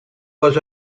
was